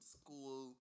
school